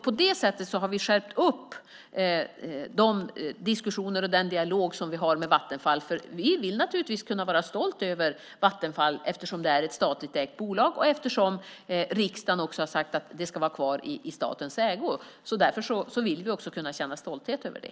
På det sättet har vi skärpt de diskussioner och den dialog som vi har med Vattenfall eftersom vi naturligtvis vill kunna vara stolta över Vattenfall eftersom det är ett statligt ägt bolag och eftersom riksdagen också har sagt att det ska vara kvar i statens ägo. Därför vill vi också kunna känna stolthet över det.